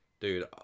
Dude